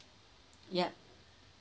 yup